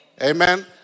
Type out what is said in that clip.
Amen